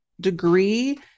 degree